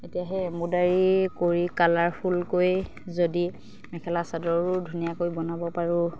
এতিয়া সেই এম্ব্ৰইডাৰী কৰি কালাৰফুলকৈ যদি মেখেলা চাদৰো ধুনীয়াকৈ বনাব পাৰোঁ